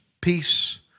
peace